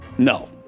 No